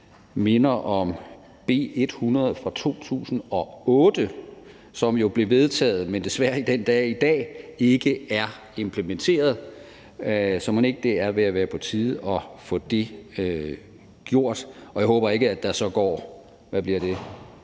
minder om B 100 fra 2008, som blev vedtaget, men desværre den dag i dag ikke er implementeret. Så mon ikke det er ved at være på tide at få det gjort. Og jeg håber ikke, at der så går, hvad bliver det,